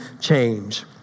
change